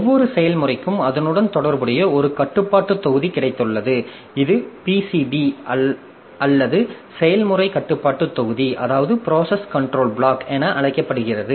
ஒவ்வொரு செயல்முறைக்கும் அதனுடன் தொடர்புடைய ஒரு கட்டுப்பாட்டு தொகுதி கிடைத்துள்ளது இது PCB அல்லது செயல்முறை கட்டுப்பாட்டு தொகுதி என அழைக்கப்படுகிறது